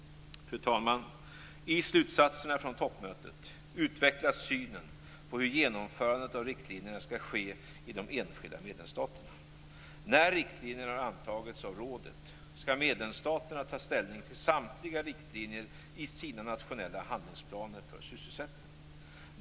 Fru talman! I slutsatserna från toppmötet utvecklas synen på hur genomförandet av riktlinjerna skall ske i de enskilda medlemsstaterna. När riktlinjerna har antagits av rådet skall medlemsstaterna ta ställning till samtliga riktlinjer i sina nationella handlingsplaner för sysselsättning.